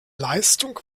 leistung